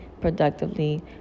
productively